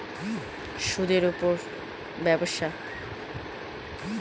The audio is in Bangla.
যে দালাল গুলো নিজেদের মক্কেলের জন্য টাকা বিনিয়োগ করে